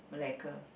malacca